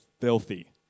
filthy